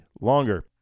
longer